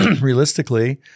Realistically